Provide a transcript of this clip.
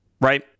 right